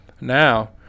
Now